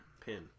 pin